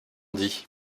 dit